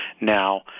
now